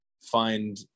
find